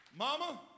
Mama